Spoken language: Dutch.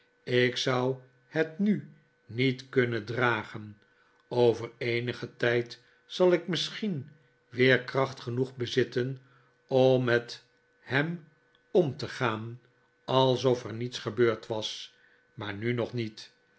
ik zou het nu niet kunnen dragen over eenigen tijd zal ik misschien weer kracht genoeg bezitten om met hem om te gaan alsof er niets gebeurd was maar nu nog niet